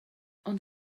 ond